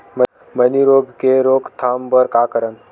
मैनी रोग के रोक थाम बर का करन?